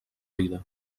vida